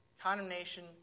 condemnation